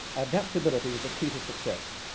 adaptability was the key to success.